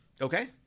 Okay